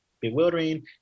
bewildering